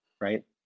right